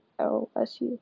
LSU